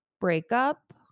breakup